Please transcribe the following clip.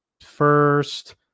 first